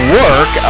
work